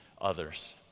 others